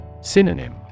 Synonym